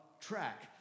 track